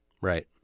right